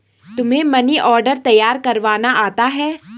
तुम्हें money order तैयार करवाना आता है?